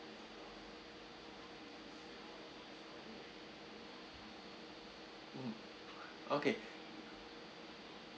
mm okay